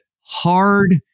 hard